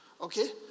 Okay